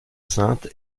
sainte